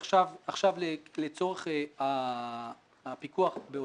יש לנו כמה עולמות פיקוח.